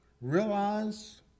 realize